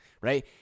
right